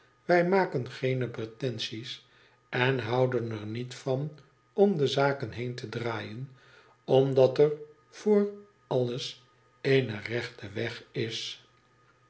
wij maken geene pretenties en houden er niet van om de zaken heen te draaien omdat er voor alles eene rechte weg is